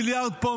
מיליארד פה,